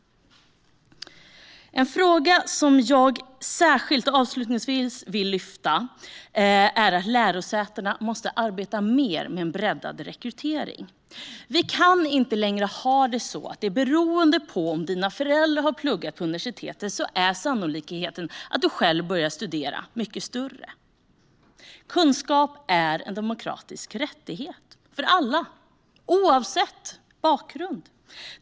En fråga som jag avslutningsvis särskilt vill lyfta upp är att lärosätena måste arbeta mer med breddad rekrytering. Det kan inte längre vara så att om dina föräldrar har pluggat på universitet är sannolikheten att du själv börjar studera mycket större. Kunskap är en demokratisk rättighet för alla oavsett bakgrund.